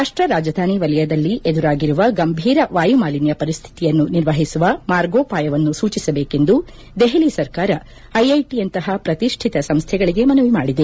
ರಾಷ್ಷೀಯ ರಾಜಧಾನಿ ವಲಯದಲ್ಲಿ ಎದುರಾಗಿರುವ ಗಂಭೀರ ವಾಯುಮಾಲಿನ್ನ ಪರಿಸ್ವಿತಿಯನ್ನು ನಿರ್ವಹಿಸುವ ಮಾರ್ಗೋಪಾಯವನ್ನು ಸೂಚಿಸಬೇಕೆಂದು ದೆಹಲಿ ಸರ್ಕಾರ ಐಐಟಿಯಂತಹ ಪ್ರತಿಷ್ಠಿತ ಸಂಸ್ಥೆಗಳಗೆ ಮನವಿ ಮಾಡಿದೆ